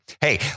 Hey